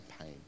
pain